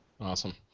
Awesome